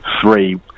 three